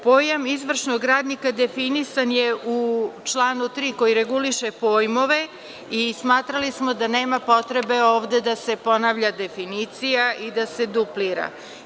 Pojam izvršnog radnika definisan je u članu 3. koji reguliše pojmove i smatrali smo da nema potrebe ovde da se ponavlja definicija i da se duplira.